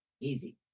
Easy